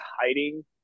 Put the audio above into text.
hiding